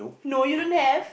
no you don't have